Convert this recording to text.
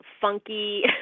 funky